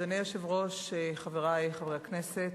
אדוני היושב-ראש, חברי חברי הכנסת,